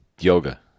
Yoga